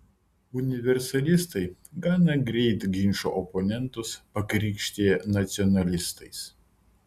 universalistai gana greit ginčo oponentus pakrikštija nacionalistais